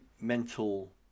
mental